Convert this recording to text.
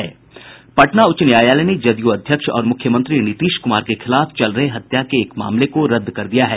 पटना उच्च न्यायालय ने जदयू अध्यक्ष और मुख्यमंत्री नीतीश कुमार के खिलाफ चल रहे हत्या के एक मामले को रद्द कर दिया है